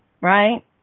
right